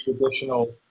traditional